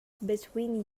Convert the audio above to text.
between